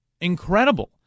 incredible